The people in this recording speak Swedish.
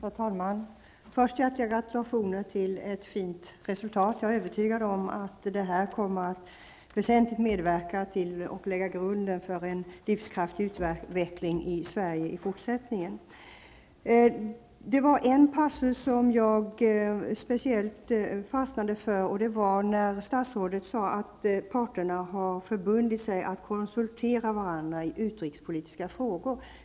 Herr talman! Först vill jag ge mina hjärtliga gratulationer till ett fint resultat. Jag är övertygad om att det här väsentligt kommer att medverka till och lägga grunden för en livskraftig utveckling i Sverige i fortsättningen. Det var en passus jag speciellt fastnade för, nämligen vad statsrådet sade om att parterna har förbundit sig att konsultera varandra i utrikespolitiska frågor.